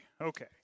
Okay